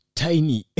tiny